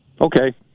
Okay